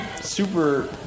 super